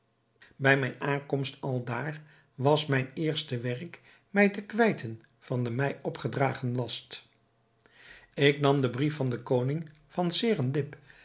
bij mijn aankomst aldaar was mijn eerste werk mij te kwijten van den mij opgedragen last ik nam den brief van den koning van